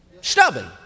Stubborn